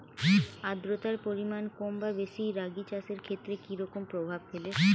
আদ্রতার পরিমাণ কম বা বেশি রাগী চাষের ক্ষেত্রে কি রকম প্রভাব ফেলে?